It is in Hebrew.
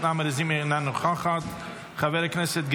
אינה נוכחת, חברת הכנסת נעמה לזימי, אינה נוכחת.